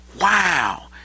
Wow